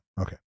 okay